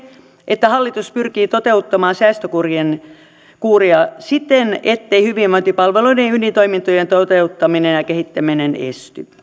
että hallitus pyrkii toteuttamaan säästökuuria siten ettei hyvinvointipalveluiden ja ydintoimintojen toteuttaminen ja kehittäminen esty